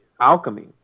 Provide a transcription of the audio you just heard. alchemy